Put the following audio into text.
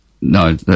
No